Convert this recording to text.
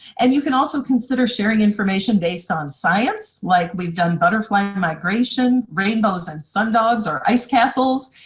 and you can also consider sharing information based on science, like we've done butterfly migration, rainbows and sundogs or ice castles,